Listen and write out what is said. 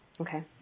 Okay